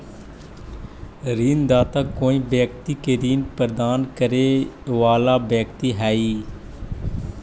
ऋणदाता कोई व्यक्ति के ऋण प्रदान करे वाला व्यक्ति हइ